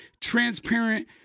transparent